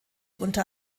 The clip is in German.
unter